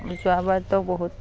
যোৱা বাৰটো বহুত